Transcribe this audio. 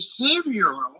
behavioral